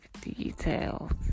details